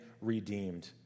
redeemed